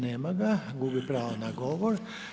Nema ga, gubi pravo na govor.